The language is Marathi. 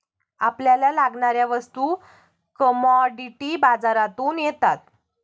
आपल्याला लागणाऱ्या वस्तू कमॉडिटी बाजारातून येतात